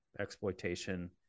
exploitation